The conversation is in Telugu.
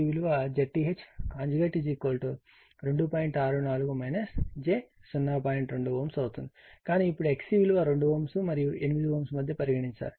2 Ω అవుతుంది కానీ ఇప్పుడు XC విలువ 2 Ω మరియు 8 Ω మధ్య పరిగణించాలి